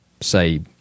say